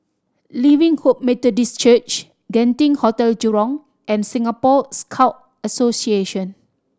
Living Hope Methodist Church Genting Hotel Jurong and Singapore Scout Association